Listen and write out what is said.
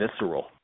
visceral